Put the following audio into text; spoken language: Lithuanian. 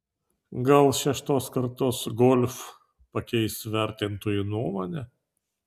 gal šeštos kartos golf pakeis vertintojų nuomonę